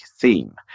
theme